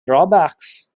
drawbacks